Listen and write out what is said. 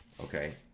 Okay